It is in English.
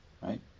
right